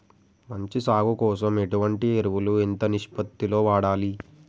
మంచి సాగు కోసం ఎటువంటి ఎరువులు ఎంత నిష్పత్తి లో వాడాలి?